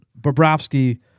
Bobrovsky